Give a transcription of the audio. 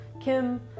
Kim